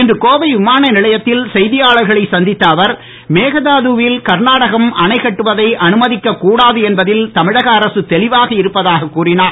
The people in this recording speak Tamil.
இன்று கோவை விமான நிலையத்தில் செய்தியாளர்களை சந்தித்த அவர் மேகதாதுவில் கர்நாடக அணைக் கட்டுவதை அனுமதிக்கக் கூடாது என்பதில் தமிழக அரசு தெளிவாக இருப்பதாக கூறினார்